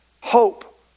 hope